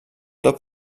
tot